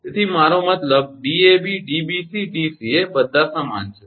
તેથી મારો મતલબ 𝐷𝑎𝑏 𝐷𝑏𝑐 𝐷𝑐𝑎 બધા સમાન છે